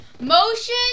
Motion